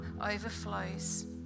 overflows